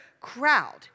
crowd